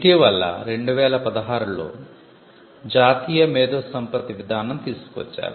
ఇటీవల 2016 లో జాతీయ మేధో సంపత్తి విధానం తీసుకు వచ్చారు